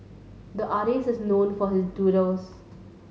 the artist is known for his doodles